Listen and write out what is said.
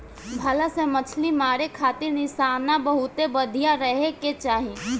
भला से मछली मारे खातिर निशाना बहुते बढ़िया रहे के चाही